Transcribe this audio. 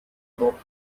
rope